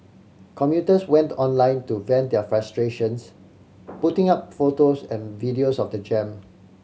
commuters went online to vent their frustrations putting up photos and videos of the jam